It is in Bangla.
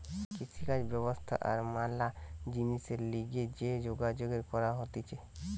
কৃষিকাজ ব্যবসা আর ম্যালা জিনিসের লিগে যে যোগাযোগ করা হতিছে